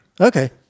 Okay